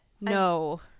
no